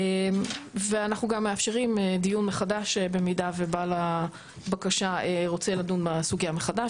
ואנחנו גם מאפשרים דיון מחדש במידה ובעל הבקשה רוצה לדון בסוגיה מחדש.